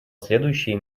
следующие